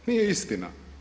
Nije istina.